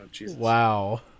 Wow